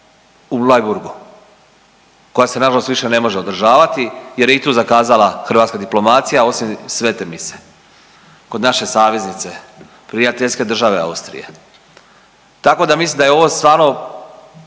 u Bleiburgu koja se nažalost više ne može održavati jer je i tu zakazala hrvatska diplomacija osim svete mise kod naše saveznice, prijateljske države Austrije. Tako da mislim da je ovo stvarno